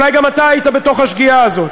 אולי גם אתה היית בתוך השגיאה הזאת,